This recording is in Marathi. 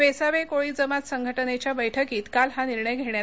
वेसावे कोळी जमात संघटनेच्या बैठकीत काल हा निर्णय घेण्यात आला